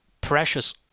precious